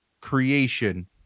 creation